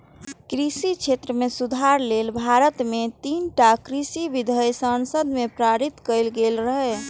कृषि क्षेत्र मे सुधार लेल भारत मे तीनटा कृषि विधेयक संसद मे पारित कैल गेल रहै